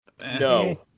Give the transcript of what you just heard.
No